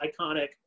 iconic